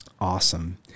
Awesome